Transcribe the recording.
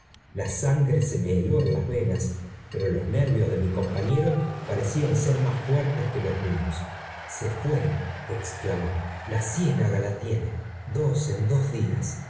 la sangre se me heló en las venas pero loe nervios de mi compañero parecían ser más fuertes que los míos se fué exclamó la ciénaga la tiene dos en dos días